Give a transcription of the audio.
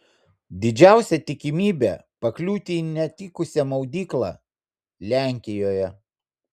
didžiausia tikimybė pakliūti į netikusią maudyklą lenkijoje